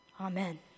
Amen